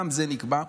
גם זה נקבע,